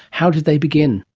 how did they begin?